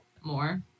more